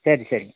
சரி சரிங்க